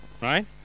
Right